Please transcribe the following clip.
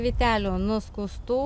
vytelių nuskustų